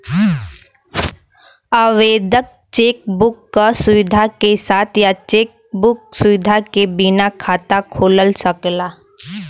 आवेदक cheque book क सुविधा के साथ या चेक बुक सुविधा के बिना खाता खोल सकला